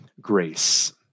grace